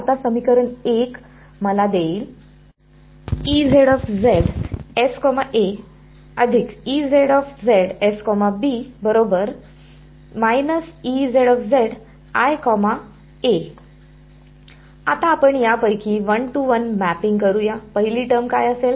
आता समीकरण 1 मला देईल आता आपण यापैकी वन टू वन मॅपिंग करू या पहिली टर्म काय असेल